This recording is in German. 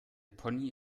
pony